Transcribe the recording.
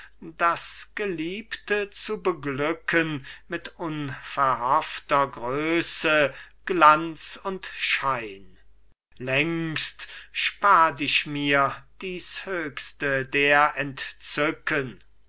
das geliebte zu beglücken mit ungehoffter größe glanz und schein längst spart ich mir dies höchste der entzücken